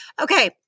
Okay